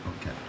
Okay